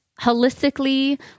holistically